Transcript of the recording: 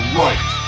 right